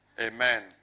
Amen